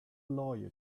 lawyer